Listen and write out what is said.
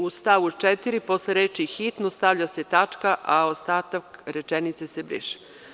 U stavu 4. posle reči „hitno“ stavlja se tačka, a ostatak rečenice se briše.